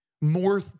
more